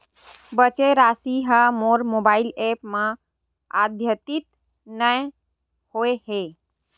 बचे राशि हा मोर मोबाइल ऐप मा आद्यतित नै होए हे